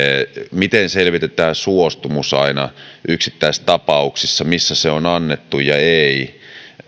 miten selvitetään suostumus aina yksittäistapauksissa missä se on on annettu ja ei